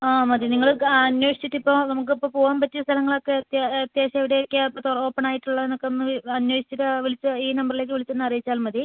ആ മതി നിങ്ങൾ അന്വേഷിച്ചിട്ട് ഇപ്പോൾ നമുക്ക് ഇപ്പോൾ പോവാൻ പറ്റിയ സ്ഥലങ്ങളൊക്കെ അത്യാവശ്യം എവിടെ ഒക്കെയാണ് ഇപ്പോൾ ഓപ്പൺ ആയിട്ടുള്ളത് എന്നൊക്കെ ഒന്ന് അന്വേഷിച്ചിട്ട് വിളിച്ച് ഈ നമ്പറിലേക്ക് വിളിച്ച് ഒന്ന് അറിയിച്ചാൽ മതി